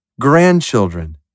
grandchildren